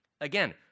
Again